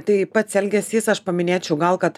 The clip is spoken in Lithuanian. tai pats elgesys aš paminėčiau gal kad